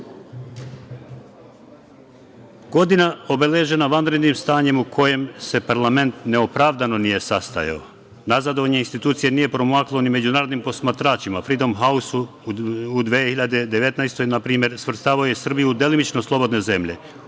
obeležena vanrednim stanjem u kojem se parlament neopravdano nije sastajao. Nazadovanje institucije nije promaklo ni međunarodnim posmatračima, Fridom Hausu u 2019. godini npr. svrstavao je Srbiju u delimično slobodne zemlje,